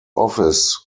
office